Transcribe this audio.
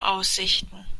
aussichten